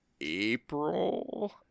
April